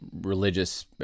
religious